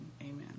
Amen